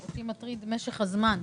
אותי מטריד משך הזמן.